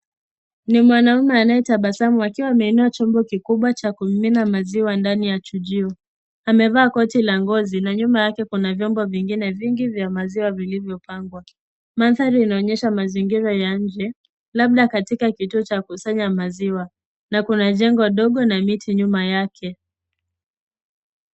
Ni mwanaume anayetabasamu akiwa ameinua chombo kikubwa cha kumimina maziwa ndani ya chinjio, amevaa koti la ngozi na nyuma yake kuna vyombo vingine vingi vya maziwa vilivyopangwa, mandhari inaonyesha mazingira ya nje labda katika kituo cha kukusanya maziwa, na kuna jengo ndogo na miti nyuma yake.